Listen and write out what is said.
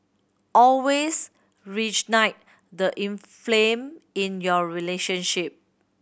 always the inflame in your relationship